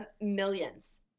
Millions